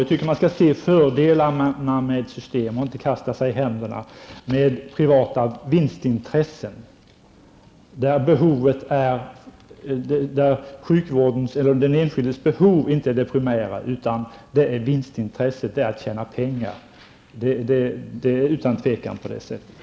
Jag anser att man skall se fördelarna med ett system och inte kasta sig i händerna på privata vinstintressen, där det inte är den enskildes behov utan intresset av att tjäna pengar som är det primära.